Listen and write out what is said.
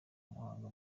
muhanga